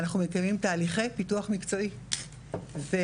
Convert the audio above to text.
אנחנו מקיימים תהליכי פיתוח מקצועי ומרכז